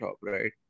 right